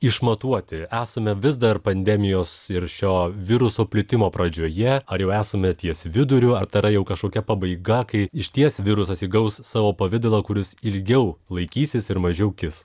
išmatuoti esame vis dar pandemijos ir šio viruso plitimo pradžioje ar jau esame ties viduriu ar tara jau kažkokia pabaiga kai išties virusas įgaus savo pavidalą kuris ilgiau laikysis ir mažiau kis